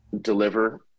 deliver